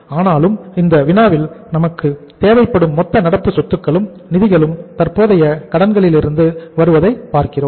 ஆனாலும் இந்த வினாவில் நமக்கு தேவைப்படும் மொத்த நடப்பு சொத்துக்களும் நிதிகளும் தற்போதைய கடன்களிலிருந்து வருவதை பார்க்கிறோம்